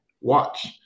watch